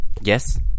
yes